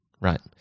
Right